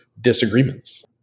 disagreements